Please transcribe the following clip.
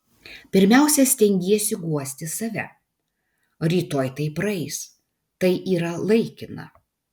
pirmiausia stengiesi guosti save rytoj tai praeis tai yra laikina